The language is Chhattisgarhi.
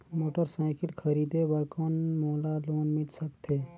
मोटरसाइकिल खरीदे बर कौन मोला लोन मिल सकथे?